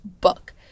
book